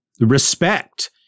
respect